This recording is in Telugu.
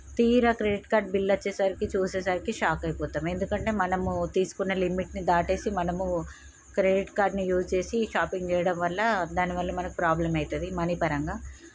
తీరా క్రెడిట్ కార్డ్ బిల్లు వచ్చేసరికి చూసేసరికి షాక్ అయిపోతాం ఎందుకంటే మనము తీసుకున్న లిమిట్ని దాటేసి మనము క్రెడిట్కార్డ్ని యూస్ చేసి షాపింగ్ చేయడం వల్ల దాని వల్ల మనకు ప్రాబ్లమ్ అవుతుంది మనీ పరంగా